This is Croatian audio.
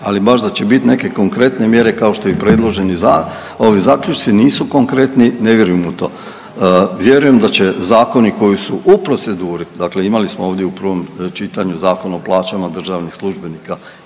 ali baš da će bit neke konkretne mjere kao što je i predloženi za…, ovi zaključci nisu konkretni, ne vjerujem u to. Vjerujem da će zakoni koji su u proceduri, dakle imali smo ovdje u prvom čitanju Zakon o plaćama državnih službenika